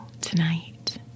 tonight